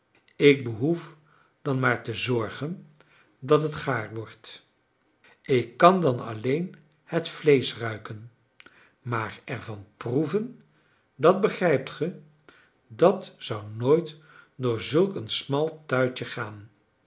ik behoef dan maar te zorgen dat het gaar wordt ik kan dan alleen het vleesch ruiken maar ervan proeven dat begrijpt gij dat zou nooit door zulk een smal tuitje gaan